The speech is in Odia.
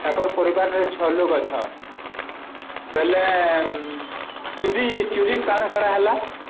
ତାଙ୍କର ପରିବାରରେ ଛଅ ଲୁକ ଗଛ ବେଲେ ଚରି ଚୁରି କାଣା କାଣା ହେଲା